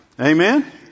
Amen